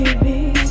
baby